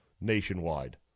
nationwide